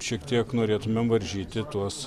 šiek tiek norėtumėm varžyti tuos